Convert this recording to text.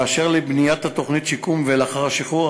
אשר לבניית תוכנית השיקום לאחר השחרור,